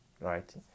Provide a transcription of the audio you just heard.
right